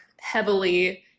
heavily